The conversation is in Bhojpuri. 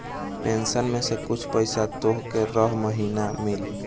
पेंशन में से कुछ पईसा तोहके रह महिना मिली